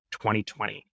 2020